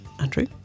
Andrew